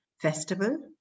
festival